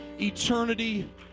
eternity